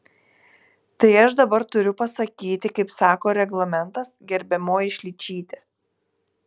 tai aš dabar turiu pasakyti kaip sako reglamentas gerbiamoji šličyte